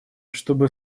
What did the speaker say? чтобы